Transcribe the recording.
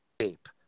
shape